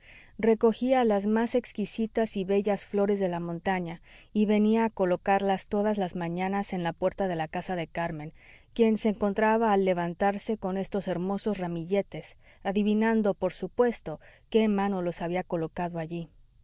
recogía las más exquisitas y bellas flores de la montaña y venía a colocarlas todas las mañanas en la puerta de la casa de carmen quien se encontraba al levantarse con estos hermosos ramilletes adivinando por supuesto qué mano los había colocado allí